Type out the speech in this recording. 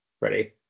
Ready